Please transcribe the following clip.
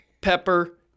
pepper